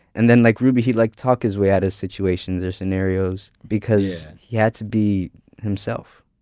and then, like ruby, he'd like talk his way out of situations or scenarios because he had to be himself.